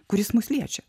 kuris mus liečia